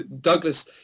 Douglas